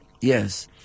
Yes